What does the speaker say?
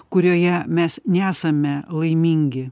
kurioje mes nesame laimingi